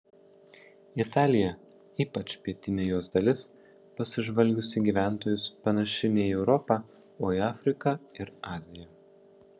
italija ypač pietinė jos dalis pasižvalgius į gyventojus panaši ne į europą o į afriką ir aziją